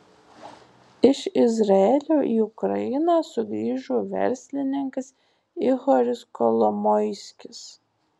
iš izraelio į ukrainą sugrįžo verslininkas ihoris kolomoiskis